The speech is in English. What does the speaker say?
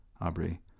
Aubrey